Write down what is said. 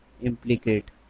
implicate